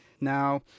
Now